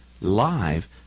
live